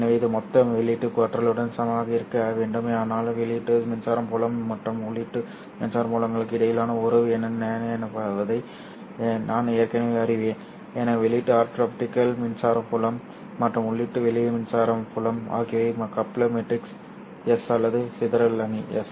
எனவே இது மொத்த வெளியீட்டு ஆற்றலுடன் சமமாக இருக்க வேண்டும் ஆனால் வெளியீட்டு மின்சார புலம் மற்றும் உள்ளீட்டு மின்சார புலங்களுக்கு இடையிலான உறவு என்ன என்பதை நான் ஏற்கனவே அறிவேன் எனவே வெளியீட்டு ஆப்டிகல் மின்சார புலம் மற்றும் உள்ளீட்டு வெளியீட்டு மின்சார புலம் ஆகியவை கப்ளர் மேட்ரிக்ஸ் S அல்லது சிதறல் அணி S